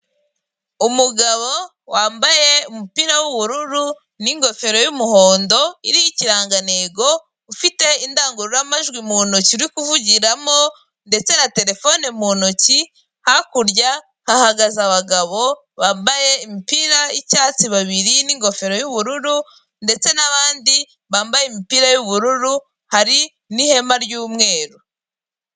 Umugabo wambaye umupira w'ubururu n'ingofero y'umuhondo iriho ikirangantego, ufite indangururamajwi mu ntoki uri kuvugiramo, ndetse na telefoni mu ntoki, hakurya hahagaze abagabo bambaye imipira y'icyatsi babiri n'ingofero y'ubururu, ndetse n'abandi bambaye imipira y'ubururu, hari n'ihema ry'umweru.